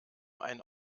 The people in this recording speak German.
ein